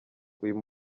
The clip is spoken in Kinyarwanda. uyu